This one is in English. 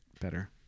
better